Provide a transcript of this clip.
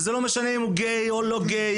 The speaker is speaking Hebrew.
וזה לא משנה אם הוא גיי או לא גיי,